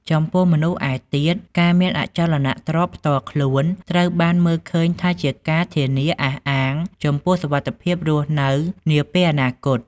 ចំពោះមនុស្សឯទៀត ការមានអចលនទ្រព្យផ្ទាល់ខ្លួនត្រូវបានមើលឃើញថាជាការធានាអះអាងចំពោះសុវត្ថិភាពរស់នៅនាពេលអនាគត។